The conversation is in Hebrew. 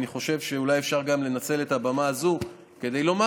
ואני חושב שאולי אפשר גם לנצל את הבמה הזאת כדי לומר,